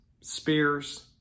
spears